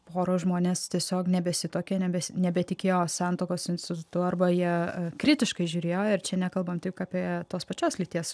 poros žmonės tiesiog nebesituokia ne nebetikėjo santuokos institutu arba jie kritiškai žiūrėjo ir čia nekalbam tik apie tos pačios lyties